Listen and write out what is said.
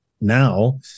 now